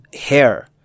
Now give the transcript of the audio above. hair